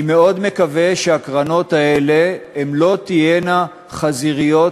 אני מאוד מקווה שהקרנות האלה לא תהיינה חזיריות,